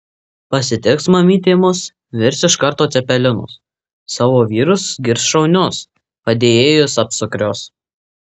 pasitiks mamytė mus virs iškart cepelinus savo vyrus girs šaunius padėjėjus apsukrius